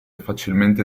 facilmente